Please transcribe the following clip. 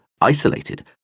isolated